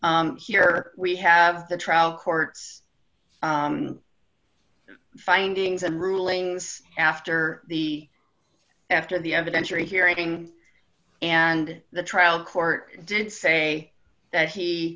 here we have the trial court's findings and rulings after the after the evidentiary hearing and the trial court did say that he